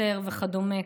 עשר וכדומה,